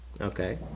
Okay